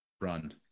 run